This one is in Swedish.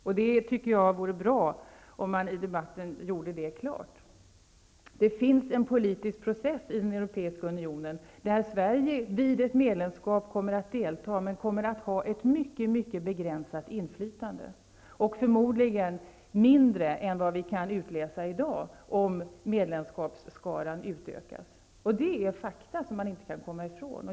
Jag tycker att det vore bra om man i debatten gjorde klart att så är fallet. Det finns i den europeiska unionen en politisk process som Sverige vid ett medlemskap kommer att delta i men som vi kommer att ha ett mycket mycket begränsat inflytande över, och om medlemsskaran utökas blir förmodligen inflytandet mindre än vad vi kan utläsa i dag. Detta är fakta som man inte kan komma ifrån.